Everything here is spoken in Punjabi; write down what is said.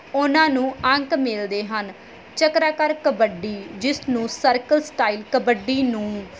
ਉਹਨਾਂ ਨੂੰ ਅੰਕ ਮਿਲਦੇ ਹਨ ਚਕਰਾਕਰ ਕਬੱਡੀ ਜਿਸ ਨੂੰ ਸਰਕਲ ਸਟਾਇਲ ਕਬੱਡੀ ਨੂੰ